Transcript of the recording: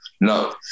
No